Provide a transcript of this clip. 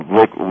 Look